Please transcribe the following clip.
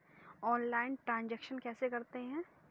Online transaction कैसे करते हैं?